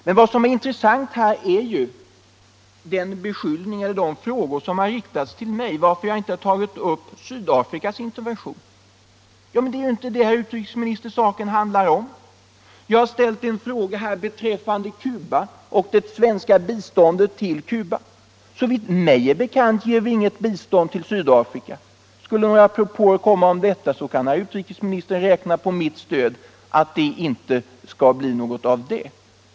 Men något som är intressant här är ju de frågor som riktats till mig om varför jag inte tagit upp Sydafrikas intervention. Det är ju inte det, herr utrikesminister, saken handlar om. Jag har framställt en interpellation beträffande Cuba och det svenska biståndet till Cuba. Såvitt mig är bekant ger vi inget bistånd till Sydafrika. Skulle några propåer komma om detta kan herr utrikesministern räkna på mitt stöd för att det inte skall bli något av med det.